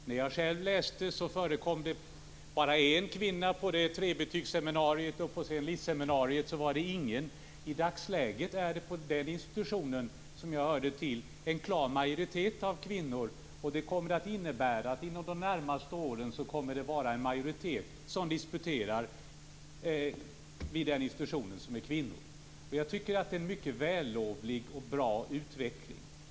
När jag själv läste förekom det bara en kvinna på trebetygsseminariet, och senare på lic.-seminariet var det ingen. I dagsläget finns det på den institution som jag hörde till en klar majoritet av kvinnor. Inom de närmaste åren kommer alltså majoriteten av dem som disputerar att bestå av kvinnor. Jag tycker att det är en mycket bra och vällovlig utveckling.